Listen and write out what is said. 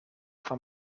van